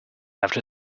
after